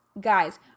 guys